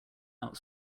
out